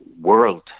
world